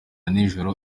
nijoro